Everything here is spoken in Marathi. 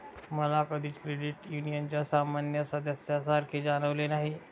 मला कधीच क्रेडिट युनियनच्या सामान्य सदस्यासारखे जाणवले नाही